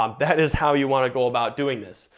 um that is how you wanna go about doing this.